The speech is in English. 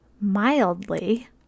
mildly